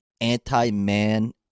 anti-man